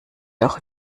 auch